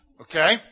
Okay